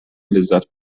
لذت